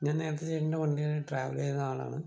ഞാൻ നേരത്തെ ചേട്ടൻറ്റെ വണ്ടീല് ട്രാവല് ചെയ്യുന്ന ആളാണ്